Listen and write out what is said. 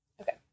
Okay